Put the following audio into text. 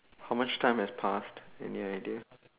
how much time has passed any idea